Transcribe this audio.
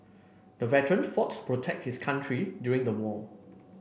the veteran fought to protect his country during the war